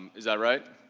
is that right?